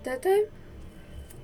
that time